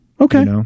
Okay